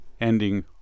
ending